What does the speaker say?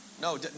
No